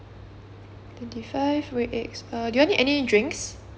twenty five red eggs err do you all need any drinks